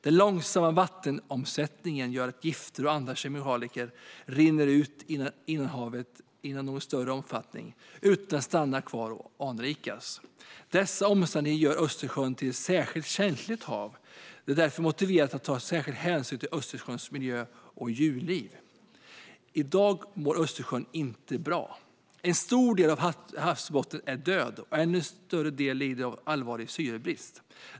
Den långsamma vattenomsättningen gör att gifter och andra kemikalier inte rinner ut ur innanhavet i någon större omfattning utan stannar kvar och anrikas. Dessa omständigheter gör Östersjön till ett särskilt känsligt hav. Det är därför motiverat att ta särskilda hänsyn till Östersjöns miljö och djurliv. I dag mår Östersjön inte bra. En stor del av havsbottnen är död, och en ännu större del lider av allvarlig syrebrist.